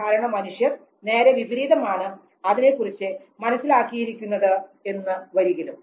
സാധാരണ മനുഷ്യർ നേരെ വിപരീതമാണ് അതിനെക്കുറിച്ച് മനസ്സിലാക്കിയിരിക്കുന്നത് എന്ന് വരികിലും